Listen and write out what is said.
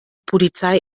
polizei